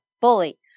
bully